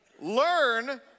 Learn